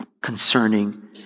concerning